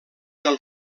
del